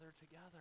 together